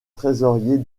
trésorier